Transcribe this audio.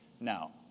Now